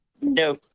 no